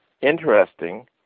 interesting